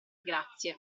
grazie